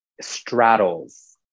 straddles